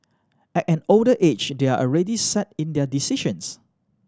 at an older age they're already set in their decisions